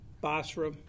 Basra